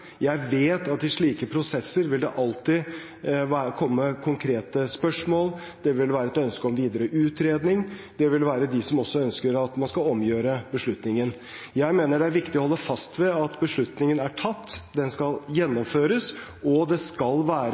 Jeg vet at i slike prosesser vil det alltid komme konkrete spørsmål. Det vil være et ønske om videre utredning, det vil være noen som også ønsker at man skal omgjøre beslutningen. Jeg mener det er viktig å holde fast ved at beslutningen er tatt. Den skal gjennomføres, og det skal være